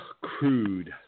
Crude